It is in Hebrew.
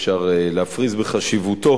אי-אפשר להפריז בחשיבותו